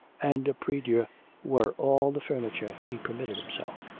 and a prie-dieu were all the furniture he permitted himself.